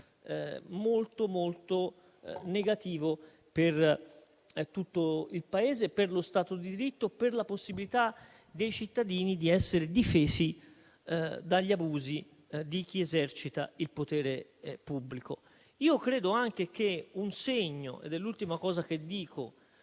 risultato molto negativo per tutto il Paese, per lo Stato di diritto e per la possibilità dei cittadini di essere difesi dagli abusi di chi esercita il potere pubblico. Credo anche che un segno - ed è l'ultima cosa che dico